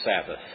Sabbath